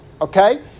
Okay